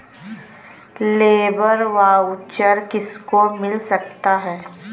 Labour voucher किसको मिल सकता है?